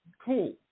cool